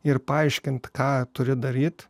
ir paaiškint ką turi daryt